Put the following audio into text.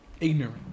Ignorant